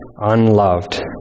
unloved